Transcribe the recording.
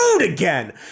again